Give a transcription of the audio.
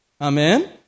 Amen